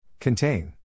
Contain